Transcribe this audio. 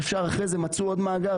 ישר אחרי זה מצאו עוד מאגר,